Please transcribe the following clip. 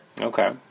Okay